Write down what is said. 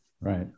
Right